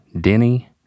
Denny